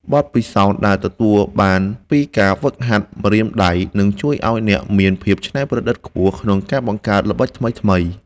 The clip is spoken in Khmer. បទពិសោធន៍ដែលទទួលបានពីការហ្វឹកហាត់ម្រាមដៃនឹងជួយឱ្យអ្នកមានភាពច្នៃប្រឌិតខ្ពស់ក្នុងការបង្កើតល្បិចថ្មីៗ។